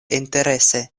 interese